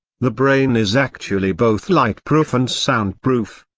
the brain is actually both lightproof and soundproof.